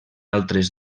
altres